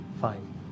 Fine